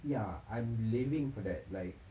ya I'm living for that like